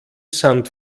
sand